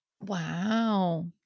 Wow